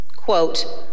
Quote